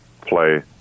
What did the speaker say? play